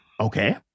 okay